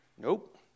Nope